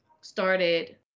started